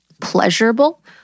pleasurable